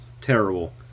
terrible